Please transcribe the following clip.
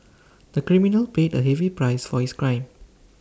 the criminal paid A heavy price for his crime